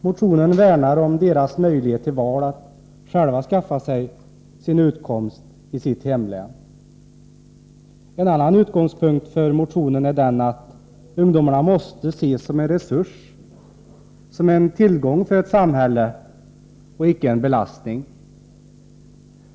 Motionen värnar om ungdomarnas möjlighet att själva skaffa sig sin utkomst isitt hemlän. En annan utgångspunkt för motionen är att ungdomarna måste ses som en resurs, som en tillgång för ett samhälle och icke som en belastning.